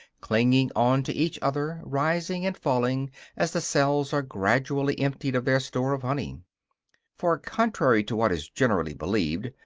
clinging on to each other rising and falling as the cells are gradually emptied of their store of honey for, contrary to what is generally believed,